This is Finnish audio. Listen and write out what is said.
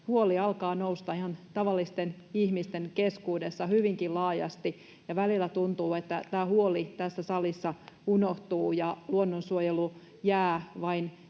huoli alkaa nousta ihan tavallisten ihmisten keskuudessa hyvinkin laajasti. Välillä tuntuu, että tämä huoli tässä salissa unohtuu ja luonnonsuojelu jää vain